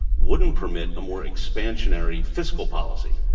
wouldn't permit a more expansionary fiscal policy.